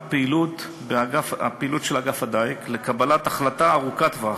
הפעילות של אגף הדיג לקבלת החלטה ארוכת-טווח.